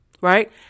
right